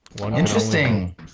Interesting